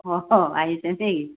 অঁ আহিছে নেকি